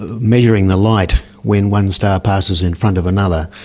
measuring the light when one star passes in front of another,